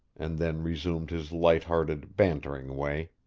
and then resumed his light-hearted, bantering way.